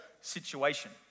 situation